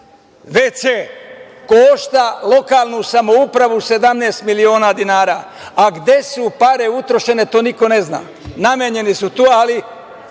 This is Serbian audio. košta lokalnu samoupravu 17 miliona dinara, a gde su pare utrošene to niko ne zna. Namenjene su tu, ali